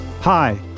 Hi